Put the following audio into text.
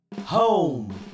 Home